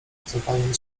cofając